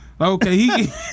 okay